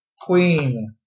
queen